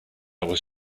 was